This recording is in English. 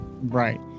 Right